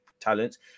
talents